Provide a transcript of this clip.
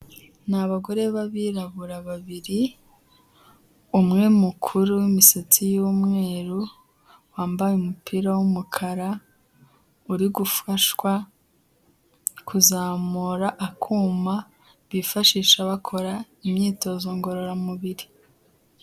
Ni abagore b'abirabura babiri, umwe mukuru w'imisatsi y'umweru, wambaye umupira w'umukara, uri gufashwa kuzamura akuma bifashisha bakora imyitozo ngororamubiri.